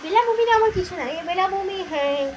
ବେଳାଭୂମି ଆମ କିଛି ନାହିଁ ବେଳାଭୂମି